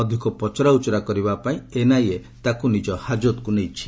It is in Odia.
ଅଧିକ ପଚରା ଉଚରା କରିବା ପାଇଁ ଏନ୍ଆଇଏ ତାର ନିଜ ହାଜତକୁ ନେଇଛି